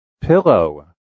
Pillow